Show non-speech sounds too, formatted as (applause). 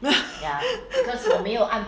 (laughs)